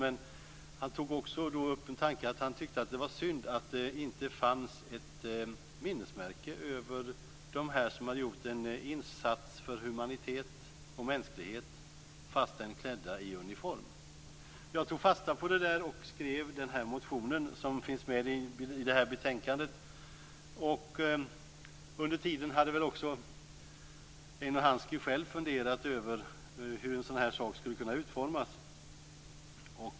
Men han tog också upp tanken att han tyckte att det var synd att det inte fanns ett minnesmärke över dem som hade gjort en insats för humanitet och mänsklighet fastän klädda i uniform. Jag tog fasta på det och skrev den motion som finns med i betänkandet. Under tiden hade väl också Eino Hanski själv funderat över hur en sådan här sak skulle kunna utformas.